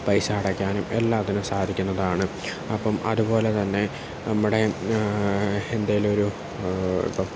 പൈസ അടക്കാനും എല്ലാത്തിനും സാധിക്കുന്നതാണ് അപ്പം അതുപോലെത്തന്നെ നമ്മുടെ എന്തെങ്കിലുമൊരു